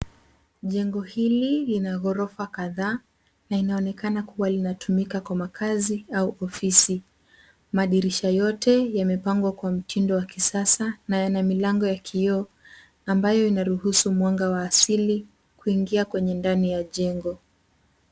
Jengo hili lina ghorofa kadhaa na inaonekana kuwa linatumika kwa makazi au ofisi. Madirisha yote yamepangwa kwa mtindo wa kisasa na yana milango ya kioo ambayo inaruhusu mwanga wa asili kuingia kwenye ndani ya jengo.